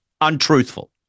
Untruthful